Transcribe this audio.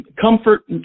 comfort